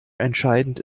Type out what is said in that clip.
entscheidend